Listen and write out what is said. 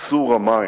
בייצור מים,